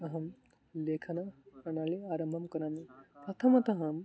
अहं लेखनप्रणालिम् आरम्भं करोमि प्रथममहं